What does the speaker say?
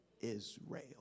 Israel